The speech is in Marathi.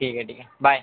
ठीक आहे ठीक आहे बाय